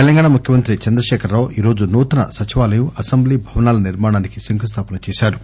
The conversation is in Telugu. తెలంగాణ ముఖ్యమంత్రి చంద్రకేఖరరావు ఈరోజు నూతన సచివాలయం అసెంబ్లీ భవనాల నిర్మాణానికి శంకుస్థాపన చేశారు